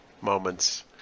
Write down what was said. moments